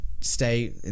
stay